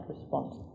response